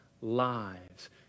lives